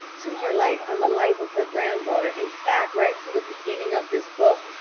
tumor like on the life of her granddaughter. in fact, right from the beginning of this book,